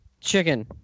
chicken